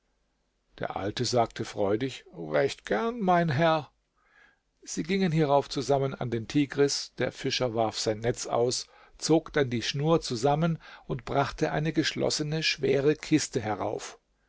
der alte sagte freudig recht gern mein herr sie gingen hierauf zusammen an den tigris der fischer warf sein netz aus zog dann die schnur zusammen und brachte eine geschlossene schwere kiste herauf